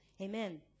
amen